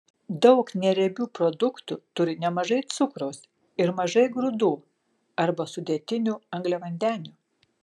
daug neriebių produktų turi nemažai cukraus ir mažai grūdų arba sudėtinių angliavandenių